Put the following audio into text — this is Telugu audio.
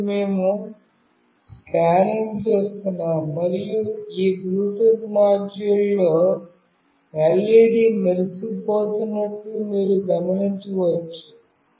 కాబట్టి మేము స్కానింగ్ చేస్తున్నాము మరియు ఈ బ్లూటూత్ మాడ్యూల్లో LED మెరిసిపోతున్నట్లు మీరు గమనించవచ్చు